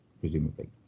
presumably